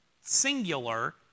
singular